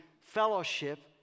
fellowship